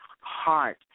heart